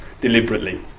deliberately